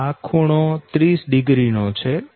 તો આ ખૂણો 30o નો છે